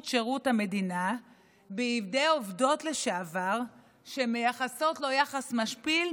שירות המדינה בידי עובדות לשעבר שמייחסות לו יחס משפיל,